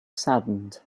saddened